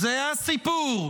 זה הסיפור.